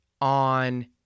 on